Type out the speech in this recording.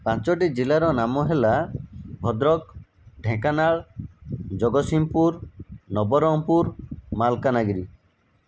ପାଞ୍ଚଟି ଜିଲ୍ଲାର ନାମ ହେଲା ଭଦ୍ରକ ଢେଙ୍କାନାଳ ଜଗତସିଂହପୁର ନବରଙ୍ଗପୁର ମାଲକାନାଗିରି